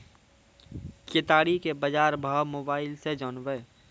केताड़ी के बाजार भाव मोबाइल से जानवे?